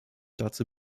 dazu